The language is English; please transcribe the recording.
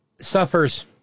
suffers